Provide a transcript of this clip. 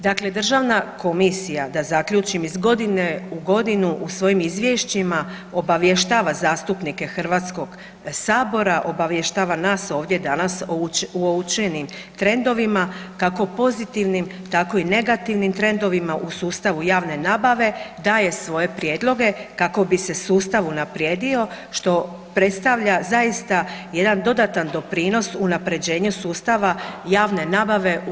Dakle Državna komisija da zaključim, iz godine u godinu u svojim izvješća obavještava zastupnike Hrvatskog sabora, obavještava nas ovdje danas o uočeni trendovima kako pozitivnim, tako i negativnim trendovima u sustavu javne nabave, daje svoje prijedloge kako bi se sustav unaprijedio, što predstavlja zaista jedan dodatan doprinos unaprjeđenja sustava javne nabave u RH.